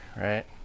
right